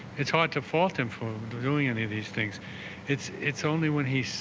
it's hard to fault him for doing any of these things it's it's only when he